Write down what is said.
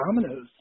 dominoes